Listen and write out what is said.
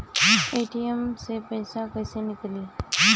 ATM से पइसा कइसे निकली?